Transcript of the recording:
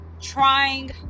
trying